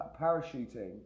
parachuting